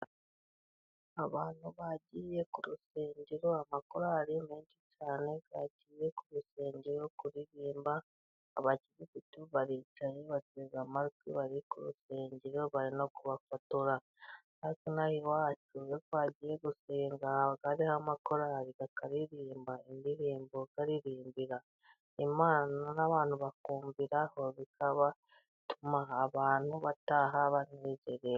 Abantu bagiye ku rusengero, amakorali menshi cyane bagiye ku rusengero kuririmba, abakirisitu baricaye bateze amatwi, bari ku rusengero bari no kubafotora, natwe inaha iwacu iyo twagiye gusenga hariho amakorali bakaririmba indirimbo, baririmbira Imana n' abantu bakumviraho bigatuma abantu bataha banezerewe.